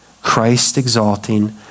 Christ-exalting